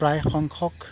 প্ৰায় সংখ্যক